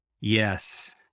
Yes